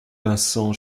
vincent